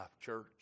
church